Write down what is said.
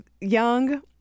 young